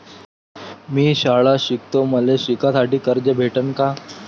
मी शाळा शिकतो, मले शिकासाठी कर्ज भेटन का?